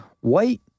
White